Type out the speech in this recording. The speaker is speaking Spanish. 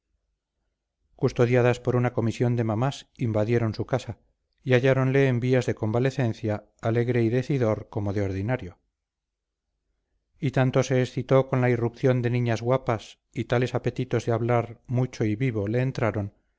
custodiadas por una comisión de mamás invadieron su casa y halláronle en vías de convalecencia alegre y decidor como de ordinario y tanto se excitó con la irrupción de niñas guapas y tales apetitos de hablar mucho y vivo le entraron